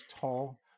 tall